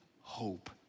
hope